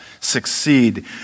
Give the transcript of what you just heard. succeed